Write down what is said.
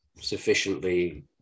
sufficiently